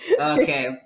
Okay